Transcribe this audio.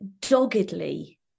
doggedly